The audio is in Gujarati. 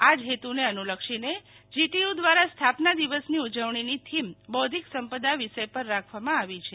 આજ હેતુને અનુલક્ષીને જીટીયુ દ્વારા સ્થાપના દિવસની ઉજવણીની થીમ બોદ્વિક સંપદા વિષય પર રાખવામાં આવી છે